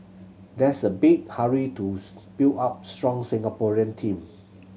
there's a big hurry to build up strong Singaporean team